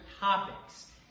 topics